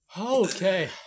Okay